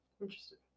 Interesting